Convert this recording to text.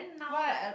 what